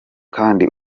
kandi